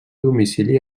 domicili